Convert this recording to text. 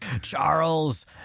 Charles